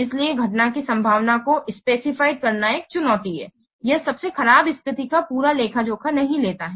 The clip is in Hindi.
इसलिए घटना की संभावना को स्पेसिफ़िएड करना एक चुनौती है यह सबसे खराब स्थिति का पूरा लेखा जोखा नहीं लेता है